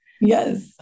Yes